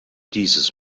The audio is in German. dieses